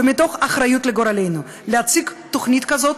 ומתוך אחריות לגורלנו להציג תוכנית כזאת,